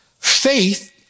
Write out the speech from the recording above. Faith